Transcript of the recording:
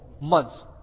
months